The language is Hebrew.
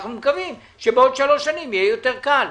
אנחנו מקווים שבעוד שלוש שנים יהיה יותר קל.